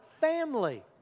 family